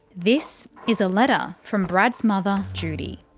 this is a letter from brad's mother judy.